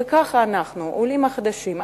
ככה אנחנו העולים החדשים.